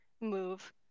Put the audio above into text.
Move